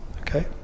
Okay